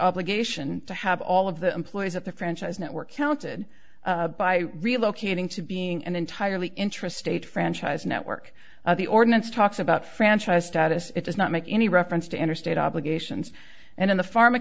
obligation to have all of the employees at the franchise network counted by relocating to being an entirely intrastate franchise network the ordinance talks about franchise status it does not make any reference to interstate obligations and in the pharm